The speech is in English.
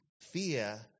fear